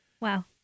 Wow